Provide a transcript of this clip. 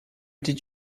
did